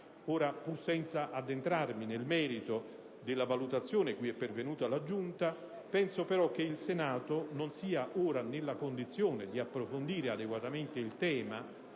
Pur senza addentrarmi nel merito della valutazione cui è pervenuta la Giunta, penso però che il Senato non sia ora nella condizione di approfondire adeguatamente il tema,